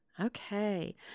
Okay